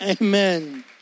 amen